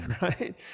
right